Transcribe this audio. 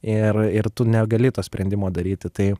ir ir tu negali to sprendimo daryti tai